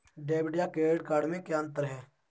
Debit या credit card में क्या अन्तर है?